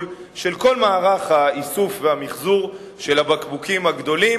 של כל מערך האיסוף והמיחזור של הבקבוקים הגדולים.